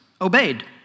obeyed